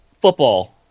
football